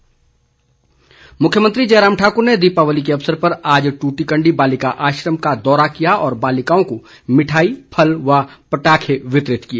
मुख्यमंत्री मुख्यमंत्री जयराम ठाकुर ने दीपावली के अवसर पर आज टूटीकंडी बालिका आश्रम का दौरा किया और बालिकाओं को मिठाई फल व पटाखे वितरित किए